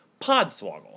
Podswoggle